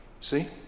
See